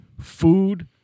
food